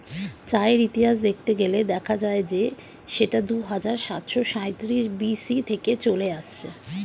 চায়ের ইতিহাস দেখতে গেলে দেখা যায় যে সেটা দুহাজার সাতশো সাঁইত্রিশ বি.সি থেকে চলে আসছে